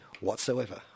whatsoever